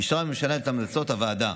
אישרה הממשלה את המלצות הוועדה,